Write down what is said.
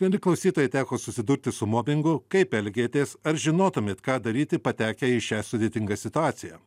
mieli klausytojai teko susidurti su mobingu kaip elgiatės ar žinotumėt ką daryti patekę į šią sudėtingą situaciją